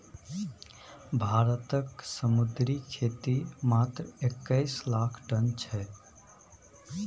भारतक समुद्री खेती मात्र एक्कैस लाख टन छै